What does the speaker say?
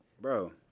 bro